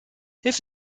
hilf